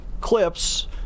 clips